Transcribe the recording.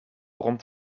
rond